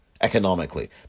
economically